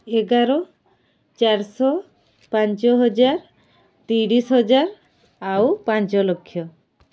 ଏଗାର ଚାରିଶହ ପାଞ୍ଚ ହଜାର ତିରିଶ ହଜାର ଆଉ ପାଞ୍ଚଲକ୍ଷ